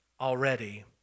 already